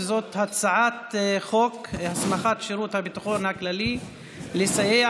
וזה הצעת חוק הסמכת שירות הביטחון הכללי לסייע